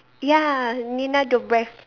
ya Nina-Dobrev